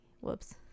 Whoops